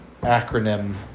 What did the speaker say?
acronym